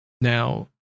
Now